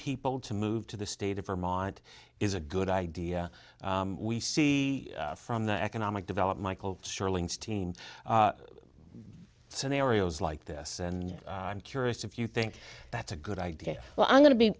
people to move to the state of vermont is a good idea we see from the economic develop michael sterling's team scenarios like this and i'm curious if you think that's a good idea well i'm going to be